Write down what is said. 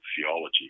theology